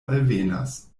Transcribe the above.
alvenas